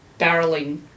barreling